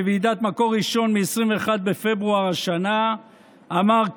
בוועידת מקור ראשון ב-21 בפברואר השנה אמר כך: